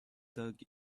dog